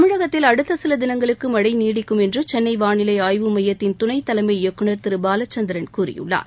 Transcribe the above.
தமிழகத்தில் அடுத்த சில தினங்களுக்கு மழை நீடிக்கும் என்று சென்னை வாளிலை ஆய்வு மையத்தின் துணைத்தலைமை இயக்குநர் திரு பாலச்சந்திரன் கூறியுள்ளார்